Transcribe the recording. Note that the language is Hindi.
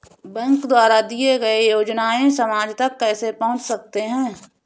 बैंक द्वारा दिए गए योजनाएँ समाज तक कैसे पहुँच सकते हैं?